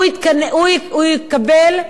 יקבל,